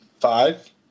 Five